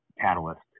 catalyst